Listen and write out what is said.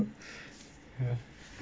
ya